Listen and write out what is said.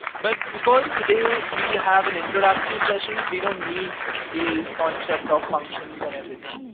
but because today we have an introductory session, we don't need the concept of functions and everything,